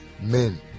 men